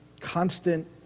Constant